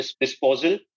disposal